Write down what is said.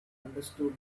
understood